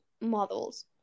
models